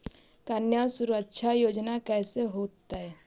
कन्या सुरक्षा योजना कैसे होतै?